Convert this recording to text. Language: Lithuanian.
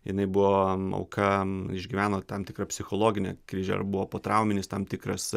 jinai buvo auka išgyveno tam tikrą psichologinę krizę ir buvo potrauminis tam tikras